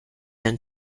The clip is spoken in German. den